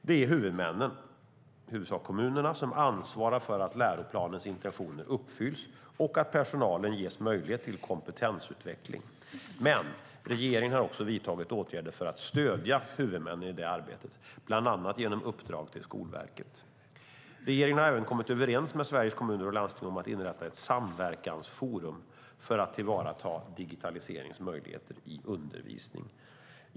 Det är huvudmännen, i huvudsak kommunerna, som ansvarar för att läroplanens intentioner uppfylls och att personalen ges möjlighet till kompetensutveckling. Men regeringen har också vidtagit åtgärder för att stödja huvudmännen i detta arbete, bland annat genom uppdrag till Skolverket. Regeringen har även kommit överens med Sveriges Kommuner och Landsting om att inrätta ett samverkansforum för att tillvarata digitaliseringens möjligheter i undervisningen.